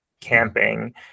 camping